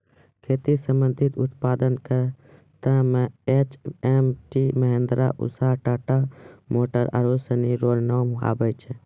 खेती संबंधी उप्तादन करता मे एच.एम.टी, महीन्द्रा, उसा, टाटा मोटर आरु सनी रो नाम आबै छै